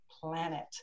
planet